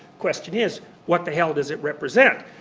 question is, what the hell does it represent?